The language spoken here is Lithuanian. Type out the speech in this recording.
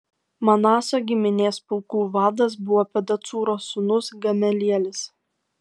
manaso giminės pulkų vadas buvo pedacūro sūnus gamelielis